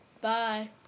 Bye